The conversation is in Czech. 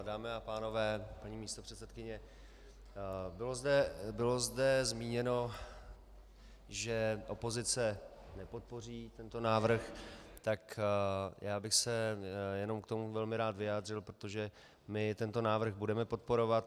Dámy a pánové, paní místopředsedkyně, bylo zde zmíněno, že opozice nepodpoří tento návrh, tak já bych se jenom k tomu velmi rád vyjádřil, protože my tento návrh budeme podporovat.